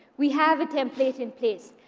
we have a template in place.